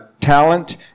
talent